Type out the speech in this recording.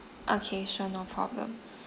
okay sure no problem